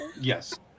Yes